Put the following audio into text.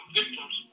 victims